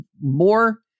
more